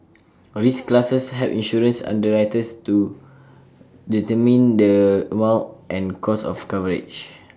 risk classes help insurance underwriters to determine the amount and cost of coverage